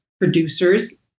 producers